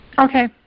Okay